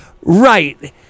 Right